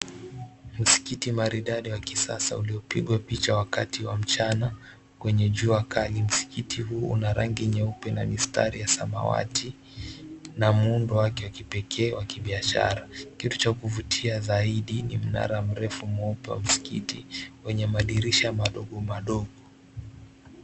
Msikiti maridadi wa kisasa uliopigwa picha wakati wa mchana kwenye jua kali. Msikiti huu una rangi nyeupe wenye rangi ya samawati na muundo wake wa kipekee wa kibiashara. Kitu cha kuvutia zaidi ni mnara mrefu mweupe wa msikiti wenye madirisha madogo madogo.